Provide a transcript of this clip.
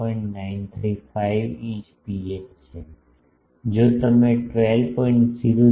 935 ઇંચ ρh છે જો તમે 12